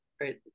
right